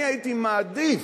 אני הייתי מעדיף